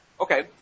Okay